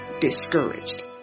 discouraged